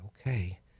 Okay